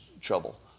trouble